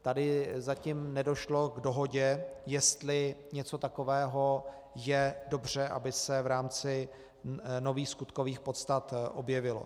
Tady zatím nedošlo k dohodě, jestli něco takového je dobře, aby se v rámci nových skutkových podstat objevilo.